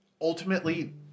Ultimately